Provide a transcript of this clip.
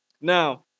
Now